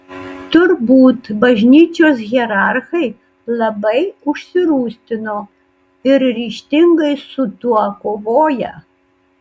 turbūt bažnyčios hierarchai labai užsirūstino ir ryžtingai su tuo kovoja